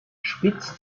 spitz